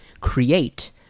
create